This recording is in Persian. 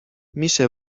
میشه